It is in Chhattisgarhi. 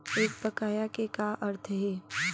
एक बकाया के का अर्थ हे?